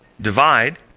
divide